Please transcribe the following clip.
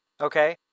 okay